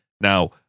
Now